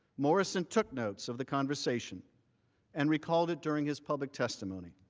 morrison took notes of the conversation and recalled it during his public testimony.